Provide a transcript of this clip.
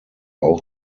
auch